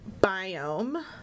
biome